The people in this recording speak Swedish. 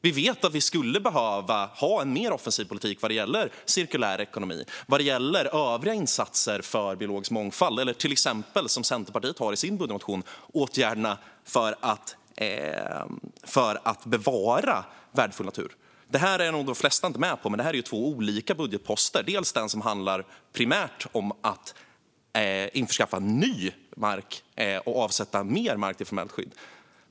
Vi vet att vi skulle behöva ha en mer offensiv politik vad gäller cirkulär ekonomi och vad gäller övriga insatser för biologisk mångfald, till exempel åtgärderna för att bevara värdefull natur som vi i Centerpartiet har med i vår budgetmotion. Detta är nog de flesta inte med på. Men det är två olika budgetposter. Det är primärt den som handlar om att införskaffa ny mark och avsätta mer mark för formellt skydd.